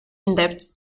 indebted